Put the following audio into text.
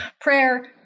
prayer